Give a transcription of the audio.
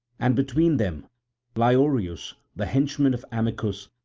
and between them lyeoreus, the henchman of amycus,